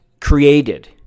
created